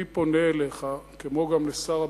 אני פונה אליך, וגם לשר הביטחון,